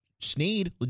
Sneed